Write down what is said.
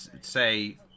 say